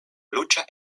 lucha